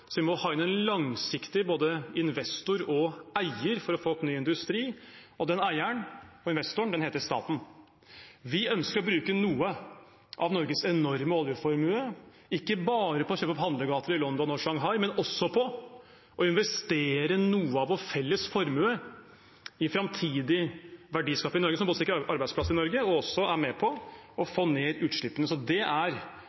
Så vi må ha inn en langsiktig både investor og eier for å få opp ny industri, og den eieren og investoren heter staten. Vi ønsker å bruke noe av Norges enorme oljeformue ikke bare på å kjøpe opp handlegater i London og Shanghai, men også på å investere noe av vår felles formue i framtidig verdiskaping i Norge, som både sikrer arbeidsplasser i Norge og er med på å